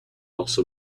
also